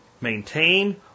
maintain